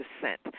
descent